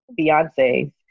Beyonce